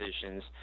decisions